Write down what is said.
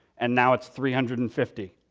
and now it's three hundred and fifty,